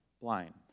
blind